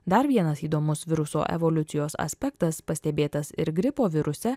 dar vienas įdomus viruso evoliucijos aspektas pastebėtas ir gripo viruse